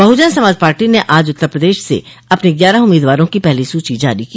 Bahujan Samaj Party ने आज उत्तर प्रदेश से अपने ग्यारह उम्मीदवारों की पहली सूची जारी की